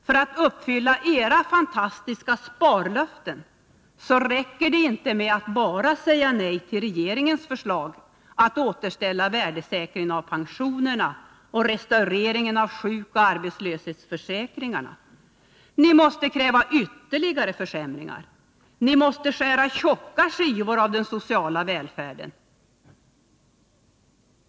För att uppfylla era fantastiska sparlöften räcker det inte med att bara säga nej till regeringens förslag att återställa värdesäkringen av pensionerna och restaureringen av sjukoch arbetslöshetsförsäkringarna. Ni måste kräva ytterligare försämringar. Ni måste skära tjocka skivor av den sociala välfärden.